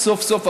סוף-סוף,